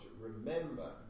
Remember